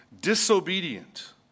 disobedient